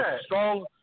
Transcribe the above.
strong